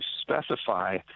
specify